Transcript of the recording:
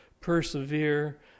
persevere